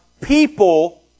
people